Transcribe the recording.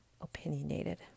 opinionated